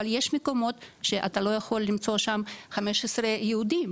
אבל יש מקומות שאתה לא יכול למצוא שם 15 יהודים,